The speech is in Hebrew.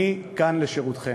אני כאן לשירותכם.